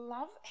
Love